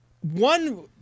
one